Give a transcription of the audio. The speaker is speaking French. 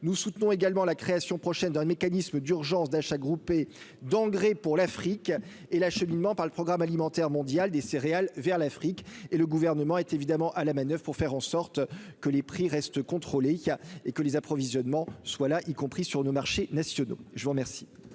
nous soutenons également la création prochaine d'un mécanisme d'urgence d'achats groupés d'engrais pour l'Afrique et l'acheminement par le Programme alimentaire mondial des céréales vers l'Afrique et le gouvernement est évidemment à la manoeuvre pour faire en sorte que les prix restent il a et que les approvisionnements soit là, y compris sur nos marchés nationaux, je vous remercie.